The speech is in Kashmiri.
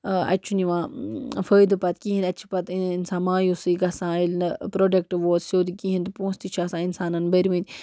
اَتہِ چھُنہٕ یِوان فٲیِدٕ پَتہٕ کِہیٖنۍ اَتہِ چھِ پَتہٕ اِنسان مایوٗسٕے گژھان ییٚلہِ نہٕ پرٛوٚڈَکٹ ووت سیوٚد کِہیٖنۍ تہٕ پونٛسہٕ تہِ چھِ آسان اِنسانَن بٔرۍمٕتۍ